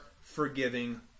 forgiving